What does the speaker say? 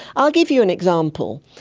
i'll give you an example.